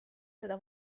seda